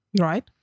Right